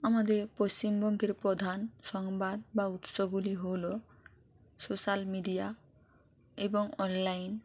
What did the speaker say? আমাদের পশ্চিমবঙ্গের প্রধান সংবাদ বা উৎসগুলি হলো সোশ্যাল মিডিয়া এবং অনলাইন